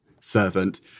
servant